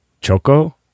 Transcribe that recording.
choco